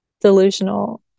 delusional